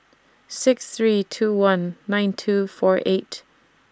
six three two one nine two four eight